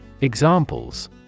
Examples